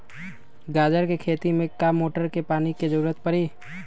गाजर के खेती में का मोटर के पानी के ज़रूरत परी?